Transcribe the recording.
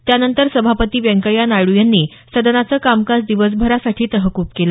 त्यानंतर सभापती व्यंकय्या नायडू यांनी सदनाचं कामकाज दिवसभरासाठी तहकूब केलं